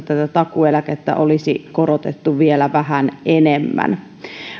tätä takuueläkettä olisi korotettu vielä vähän enemmän